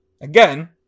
again